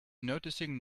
noticing